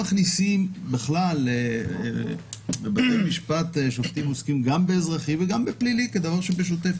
בכלל בבתי המשפט שופטים עוסקים גם באזרחי וגם בפלילי כדבר שבשוטף.